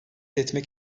etmek